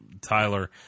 Tyler